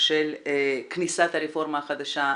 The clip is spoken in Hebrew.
של כניסת הרפורמה החדשה לתוקף.